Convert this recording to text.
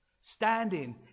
standing